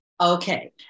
Okay